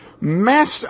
messed